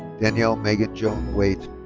danielle megan joan waite.